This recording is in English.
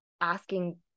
asking